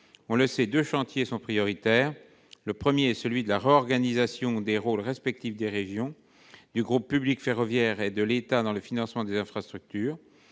On le sait, deux chantiers sont prioritaires. Le premier est celui de la réorganisation des rôles respectifs des régions, du groupe public ferroviaire et de l'État dans le financement des infrastructures.